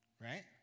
Right